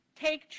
Take